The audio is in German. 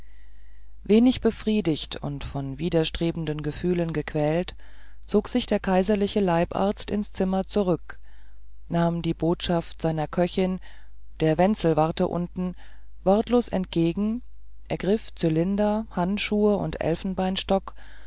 wenig befriedigt und von widerstrebenden gefühlen gequält zog sich der kaiserliche leibarzt ins zimmer zurück nahm die botschaft seiner köchin der wenzel warte unten wortlos entgegen ergriff zylinder handschuhe und